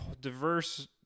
diverse